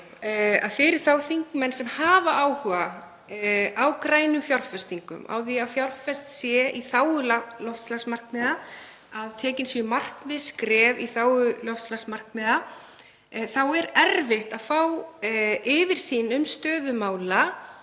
að fyrir þá þingmenn sem hafa áhuga á grænum fjárfestingum, á því að fjárfest sé í þágu loftslagsmarkmiða, að tekin séu markviss skref í þágu loftslagsmarkmiða, er erfitt að fá yfirsýn um stöðu mála.